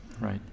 right